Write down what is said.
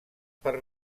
per